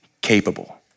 capable